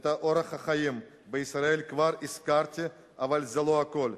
את אורך החיים בישראל כבר הזכרתי, אבל זה לא הכול.